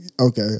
okay